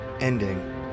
ending